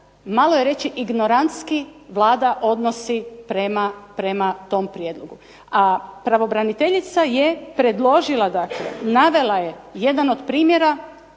malo je reći ignorantski Vladi odnosi prema tom prijedlogu. A pravobraniteljica je predložila ga, navela je jedan od primjera